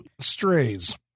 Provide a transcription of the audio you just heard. Strays